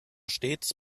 stets